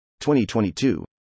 2022